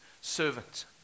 servant